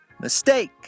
Mistake